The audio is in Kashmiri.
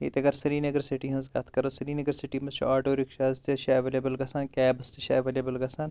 ییٚتہِ اگر سِریٖنگر سِٹی ہٕنٛز کَتھ کَرو سِریٖنَگر سِٹی منٛز چھِ آٹو رِکشاز تہِ چھِ ایویلیبٕل گَژھان کیبٕس تہِ چھِ ایویلیبٕل گَژھان